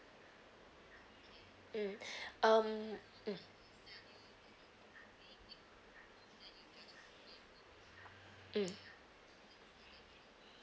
mm um mm mm